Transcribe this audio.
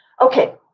Okay